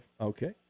Okay